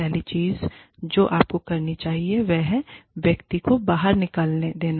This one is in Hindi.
पहली चीज जो आपको करनी चाहिए वह है व्यक्ति को बाहर निकलने देना